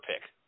pick